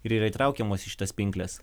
ir yra įtraukiamos į šitas pinkles